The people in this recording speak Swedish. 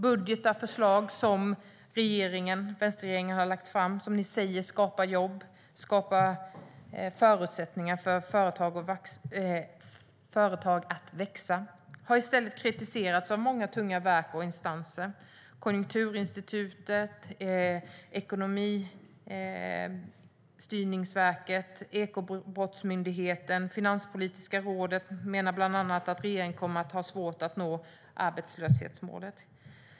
Budgetförslaget, som vänsterregeringen har lagt fram och som ni säger skapar jobb och skapar förutsättningar för företag att växa, har i stället kritiserats av många tunga verk och instanser. Konjunkturinstitutet, Ekonomistyrningsverket, Ekobrottsmyndigheten och Finanspolitiska rådet menar bland annat att regeringen kommer att ha svårt att nå arbetslöshetsmålet.